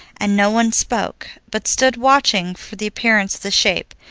and no one spoke, but stood watching for the appearance of the shape.